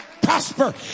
prosper